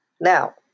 Now